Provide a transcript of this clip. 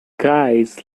guys